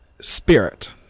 Spirit